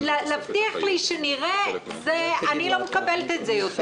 להבטיח לי שנראה אני לא מקבלת את זה יותר.